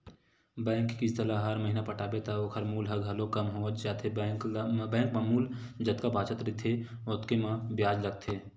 bank के किस्त ल हर महिना पटाबे त ओखर मूल ह घलोक कम होवत जाथे बेंक म मूल जतका बाचत जाथे ओतके म बियाज लगथे